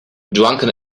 drunken